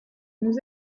nous